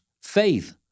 faith